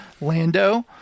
Lando